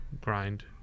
grind